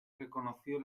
reconoció